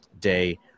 day